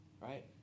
right